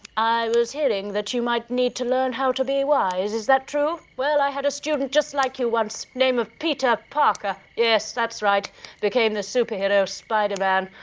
i was hearing that you might need to learn how to be wise, is that true well i had a student just like you once, name of peter parker, yes that's right became the superhero, spiderman.